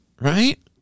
right